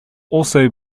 also